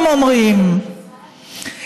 הם אומרים,